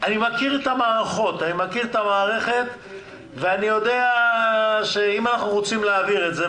אני מכיר את המערכת ואני יודע שאם אנחנו רוצים להעביר את זה,